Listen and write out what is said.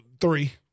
Three